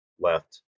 left